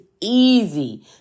easy